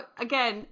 again